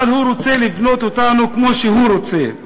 אבל הוא רוצה לבנות אותנו כמו שהוא רוצה,